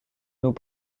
nous